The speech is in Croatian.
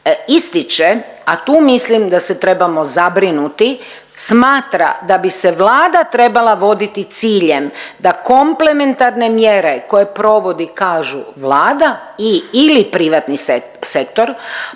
ističe, a tu mislim da se trebamo zabrinuti, smatra da bi se Vlada trebala voditi ciljem da komplementarne mjere koje provodi kažu Vlada i/ili privatni sektor,